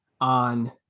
on